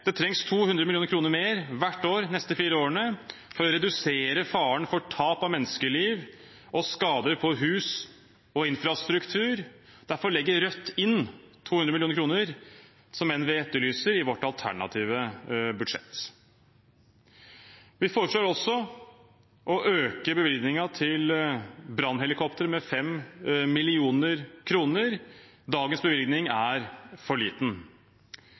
Det trengs 200 mill. kr mer hvert år de neste fire årene for å redusere faren for tap av menneskeliv og skader på hus og infrastruktur. Derfor legger Rødt inn 200 mill. kr, som enn vi etterlyser, i vårt alternative budsjett. Vi foreslår også å øke bevilgningen til brannhelikoptere med 5 mill. kr. Dagens bevilgning er for liten.